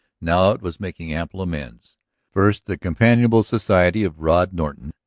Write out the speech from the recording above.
now it was making ample amends first the companionable society of rod norton,